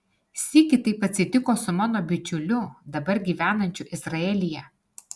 sykį taip atsitiko su mano bičiuliu dabar gyvenančiu izraelyje